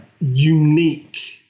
unique